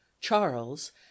charles